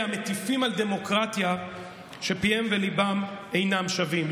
המטיפים על דמוקרטיה שפיהם וליבם אינם שווים.